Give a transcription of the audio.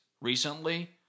recently